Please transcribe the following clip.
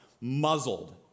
muzzled